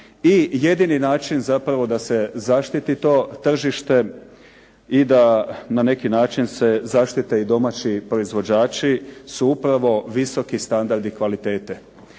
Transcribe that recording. jedini način zapravo da se zaštiti to tržište i da na neki način se zaštite i domaći proizvođači su upravo visoki standardi kvalitete.